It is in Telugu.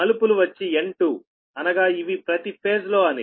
మలుపులు వచ్చి N2అనగా ఇవి ప్రతి ఫేజ్ లో అని